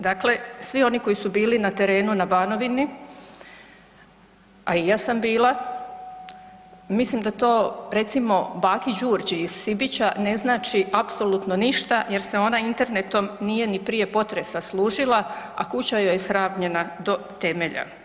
Dakle, svi oni koji su bili na terenu na Banovini, a i ja sam bila, mislim da to recimo, baki Đurđi iz Sibića ne znači apsolutno ništa jer se ona internetom nije ni prije potresa služila, a kuća joj je sravnjena do temelja.